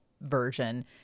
version